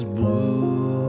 blue